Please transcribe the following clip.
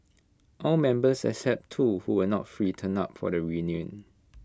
all members except two who were not free turned up for the reunion